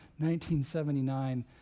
1979